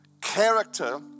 character